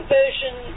version